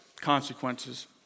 consequences